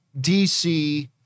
DC